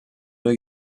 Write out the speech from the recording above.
new